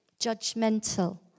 judgmental